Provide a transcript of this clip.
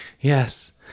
Yes